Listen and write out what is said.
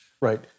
Right